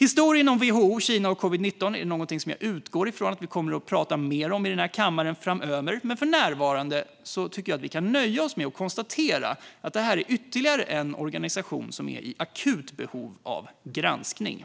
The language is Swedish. Historien om WHO, Kina och covid-19 är något som jag utgår från att vi kommer att tala mer om i denna kammare framöver, men för närvarande tycker jag att vi kan nöja oss med att konstatera att det är ytterligare en organisation som är i akut behov av granskning.